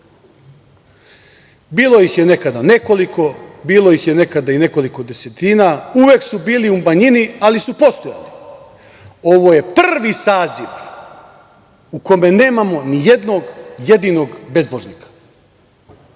Bilo ih je nekada nekoliko, bilo ih je nekada i nekoliko desetina. Uvek su bili u manjini, ali su postojali. Ovo je prvi saziv u kome nemamo ni jednog jedinog bezbožnika. Dakle,